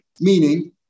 Meaning